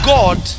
God